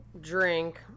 drink